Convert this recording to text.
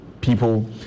people